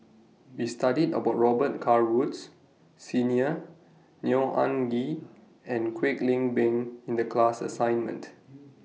We studied about Robet Carr Woods Senior Neo Anngee and Kwek Leng Beng in The class assignment